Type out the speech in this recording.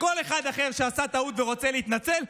וכל אחד אחר שעשה טעות ורוצה להתנצל,